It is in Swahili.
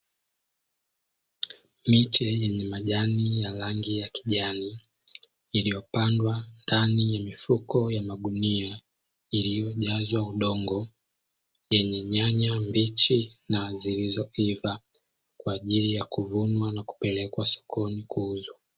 Miche yenye majani yenye rangi ya kijani, iliyopandwa ndani ya mifuko ya magunia iliyojazwa udongo yenye nyanya mbichi na zilizoiva, kwa ajili ya kuvunwa na kupelekwa sokoni kuuzwa.